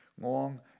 long